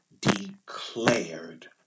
declared